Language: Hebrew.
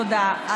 תודה.